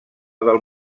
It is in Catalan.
del